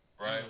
right